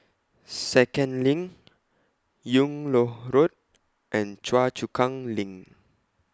Second LINK Yung Loh Road and Choa Chu Kang LINK